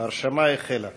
ההרשמה החלה.